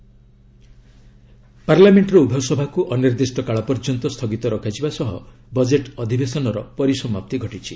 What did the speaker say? budget session ପାର୍ଲାମେଣ୍ଟର ଉଭୟ ସଭାକୁ ଅନିର୍ଦ୍ଦିଷ୍ଟ କାଳ ପର୍ଯ୍ୟନ୍ତ ସ୍ଥଗିତ ରଖାଯିବା ସହ ବଜେଟ୍ ଅଧିବେଶନର ପରିସମାପ୍ତି ଘଟିଛି